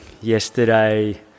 yesterday